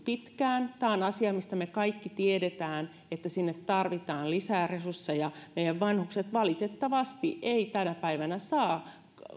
pitkään tämä on asia mistä me kaikki tiedämme että sinne tarvitaan lisää resursseja meidän vanhukset valitettavasti eivät tänä päivänä saa